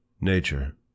Nature